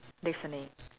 listening